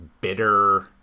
bitter